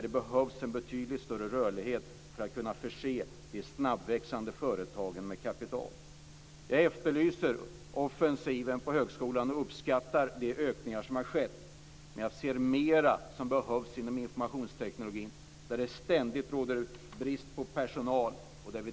Det behövs en betydligt större rörlighet för att kunna förse de snabbväxande företagen med kapital. Jag efterlyser offensiven på högskolan och uppskattar de ökningar som har skett. Men jag ser mer som behövs inom informationstekniken, där det ständigt råder brist på personal.